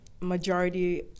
majority